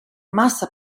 massa